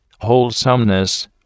wholesomeness